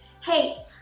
Hey